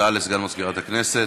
הודעה לסגן מזכירת הכנסת.